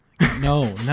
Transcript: No